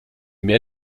mehr